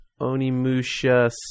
Onimusha